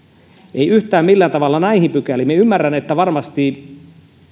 ei yhtään millään tavalla näihin pykäliin minä ymmärrän että varmasti